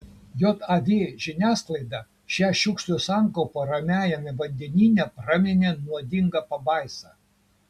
jav žiniasklaida šią šiukšlių sankaupą ramiajame vandenyne praminė nuodinga pabaisa